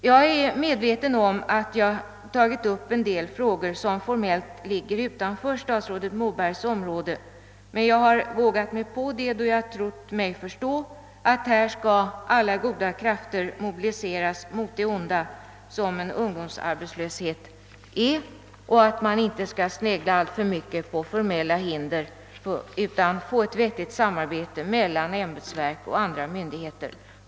Jag är medveten om att jag tagit upp en del frågor som formellt ligger utanför statsrådet Mobergs område, men jag har vågat mig på det, då jag trott mig förstå att här skall alla goda krafter mobiliseras mot det onda som en ungdomsarbetslöshet är och att man inte skall snegla alltför mycket på formella hinder utan att det i stället skall vara ett vettigt samarbete mellan ämbetsverk och andra myndigheter.